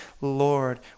Lord